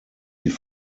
die